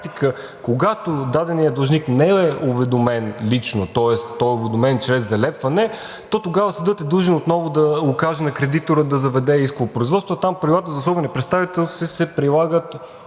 когато даденият длъжник не е уведомен лично, тоест той е уведомен чрез залепване, то тогава съдът е длъжен отново да укаже на кредитора да заведе исково производство, а там правилата за особения представител се прилагат